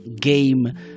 game